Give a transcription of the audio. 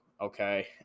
Okay